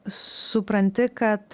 supranti kad